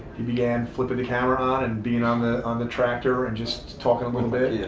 he began flipping the camera on, and being on the on the tractor and just talking a little bit. yeah